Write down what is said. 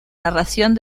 narración